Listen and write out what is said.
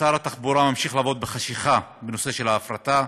שר התחבורה ממשיך לעבוד בחשכה בנושא של ההפרטה.